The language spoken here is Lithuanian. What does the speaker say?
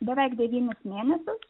beveik devynis mėnesius